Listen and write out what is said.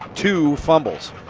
two fumbles.